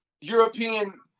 European